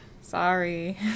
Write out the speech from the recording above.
Sorry